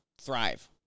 thrive